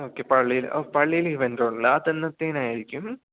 okay പള്ളിയില് ഓ പള്ളിയില് ഇവെൻറ്റുണ്ട് അത് എന്നത്തേക്കായിരിക്കും